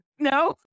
No